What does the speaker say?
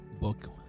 book